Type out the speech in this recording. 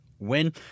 win